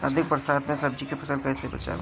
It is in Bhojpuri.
अधिक बरसात में सब्जी के फसल कैसे बचावल जाय?